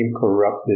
corrupted